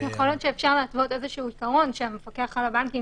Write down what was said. יכול להיות שאפשר להתוות איזה עיקרון שהמפקח על הבנקים